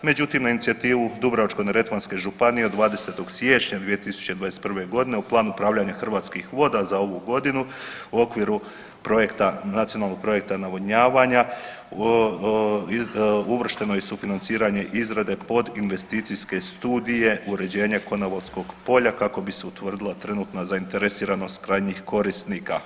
Međutim, na inicijativu Dubrovačko-neretvanske županije od 20. siječnja 2021. godine u plan upravljanja Hrvatskih voda za ovu godinu u okviru projekta Nacionalnog projekta navodnjavanja uvršteno je sufinanciranje izrade podinvesticijske studije uređenja Konavolskog polja kako bi se utvrdila trenutna zainteresiranost krajnjih korisnika.